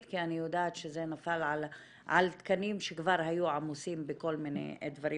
כי אני יודעת שזה נפל על תקנים שכבר היו עמוסים בכל מיני דברים